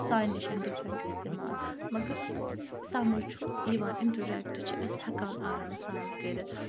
سانہِ نِش ڈِفرَنٛٹ استعمال مگر سَمٕجھ چھُ یِوان اِنٹَریکٹ چھِ أسۍ ہیٚکان آرام سان کٔرِتھ